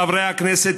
חברי הכנסת,